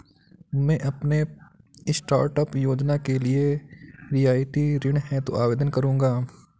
मैं अपने स्टार्टअप योजना के लिए रियायती ऋण हेतु आवेदन करूंगा